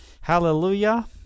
Hallelujah